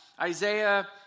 Isaiah